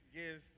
give